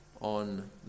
on